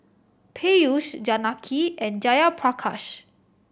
Peyush Janaki and Jayaprakash